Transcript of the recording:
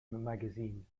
magazine